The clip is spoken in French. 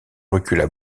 recula